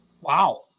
Wow